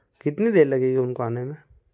कितनी देर लगेगी उनको आने में